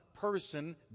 person